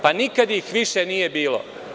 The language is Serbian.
Pa, nikad ih više nije bilo.